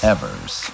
Evers